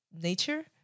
nature